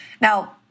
Now